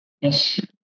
Yes